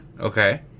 Okay